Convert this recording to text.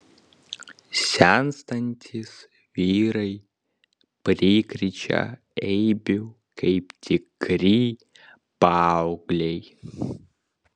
senstantys vyrai prikrečia eibių kaip tikri paaugliai